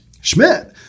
Schmidt